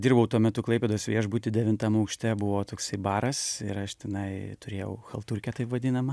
dirbau tuo metu klaipėdos viešbuty devintam aukšte buvo toksai baras ir aš tenai turėjau chalturkę taip vadinamą